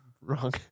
wrong